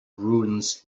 ruins